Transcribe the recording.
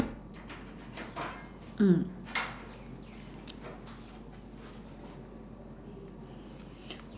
mm